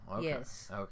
Yes